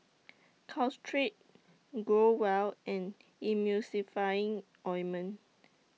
Caltrate Growell and Emulsying Ointment